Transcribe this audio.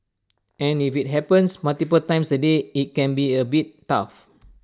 and if IT happens multiple times A day IT can be A bit tough